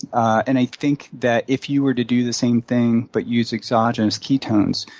and i think that if you were to do the same thing but use exogenous ketones,